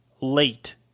late